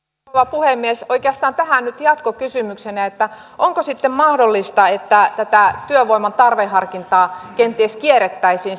puhemies oikeastaan tähän nyt jatkokysymyksenä että onko sitten mahdollista että tätä työvoiman tarveharkintaa kenties kierrettäisiin